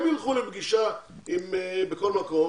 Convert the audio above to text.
הם ילכו לפגישה בכל מקום.